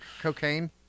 cocaine